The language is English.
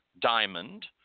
diamond